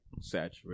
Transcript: saturated